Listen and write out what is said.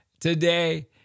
today